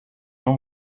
non